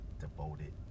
Devoted